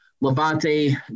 Levante